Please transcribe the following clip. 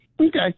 Okay